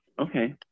Okay